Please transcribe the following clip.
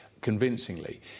convincingly